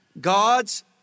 God's